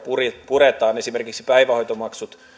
puretaan esimerkiksi päivähoitomaksut